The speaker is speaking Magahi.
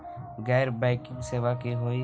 गैर बैंकिंग सेवा की होई?